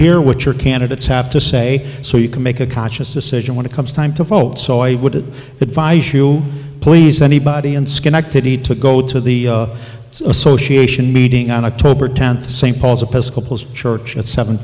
hear what your candidates have to say so you can make a conscious decision when it comes time to vote so i would advise you please anybody in schenectady to go to the association meeting on october tenth st paul's church at seven